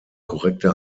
korrekte